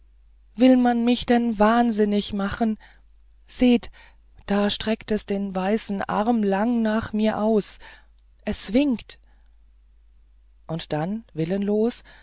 will man mich denn wahnsinnig machen seht da streckt es den weißen arm lang aus nach mir es winkt und wie willenlos